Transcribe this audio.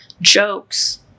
jokes